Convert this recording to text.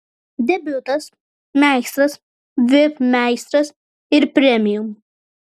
debiutas meistras vip meistras ir premium